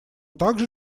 также